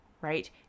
right